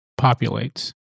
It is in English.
populates